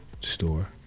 Store